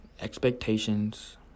Expectations